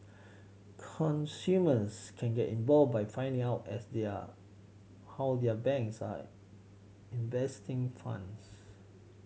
consumers can get involved by finding out as their how their banks are investing funds